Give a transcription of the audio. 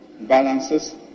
balances